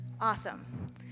awesome